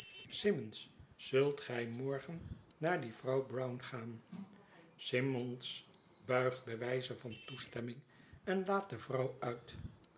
simmons zult gij morgen naar die vrouw brown gaan simmons buigt bij wijze van toestemming en laat de vrouw uit